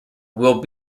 will